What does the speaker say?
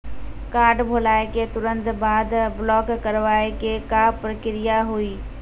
Card भुलाए के तुरंत बाद ब्लॉक करवाए के का प्रक्रिया हुई?